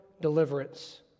deliverance